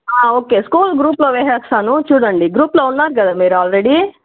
okay school గ్రూప్లో వేసేస్తాను చూడండి గ్రూప్లో ఉన్నారు కదా మీరు ఆల్రెడీ